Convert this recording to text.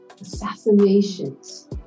assassinations